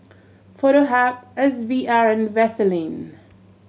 Foto Hub S V R and Vaseline